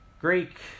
Greek